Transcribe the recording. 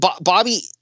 Bobby